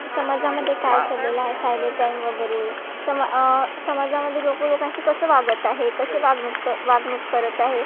समाजामध्ये काय चाललेलं आहे सायबर क्राईम वगैरे समा समाजामध्ये लोकं लोकांशी कसं वागत आहे कसे वागणूक वागणूक करत आहे